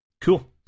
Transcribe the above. Cool